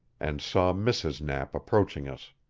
and saw mrs. knapp approaching us.